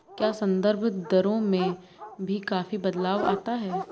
क्या संदर्भ दरों में भी काफी बदलाव आता है?